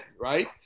right